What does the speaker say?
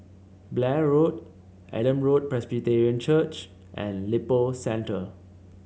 Blair Road Adam Road Presbyterian Church and Lippo Centre